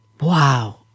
Wow